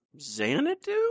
Xanadu